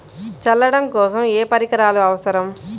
చల్లడం కోసం ఏ పరికరాలు అవసరం?